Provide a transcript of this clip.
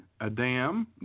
Adam